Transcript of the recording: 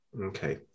Okay